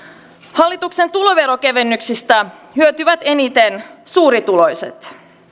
hallituksen tuloverokevennyksistä hyötyvät eniten suurituloiset